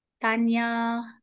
Tanya